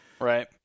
Right